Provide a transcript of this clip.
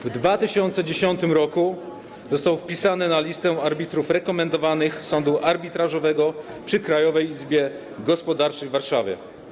W 2010 r. został wpisany na listę arbitrów rekomendowanych Sądu Arbitrażowego przy Krajowej Izbie Gospodarczej w Warszawie.